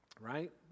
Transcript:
right